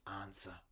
answer